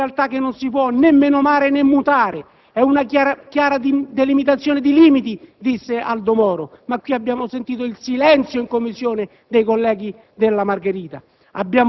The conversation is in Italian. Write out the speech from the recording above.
È una realtà che non si può né menomare né mutare. E' una chiara delimitazione di limiti, disse Aldo Moro, ma abbiamo sentito il silenzio in Commissione dei colleghi della Margherita.